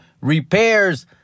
repairs